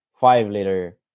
five-liter